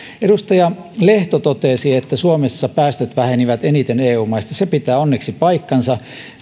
edustaja lehto totesi että suomessa päästöt vähenivät eniten eu maista se pitää onneksi paikkansa